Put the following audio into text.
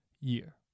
year